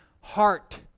heart